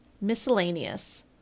Miscellaneous